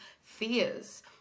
fears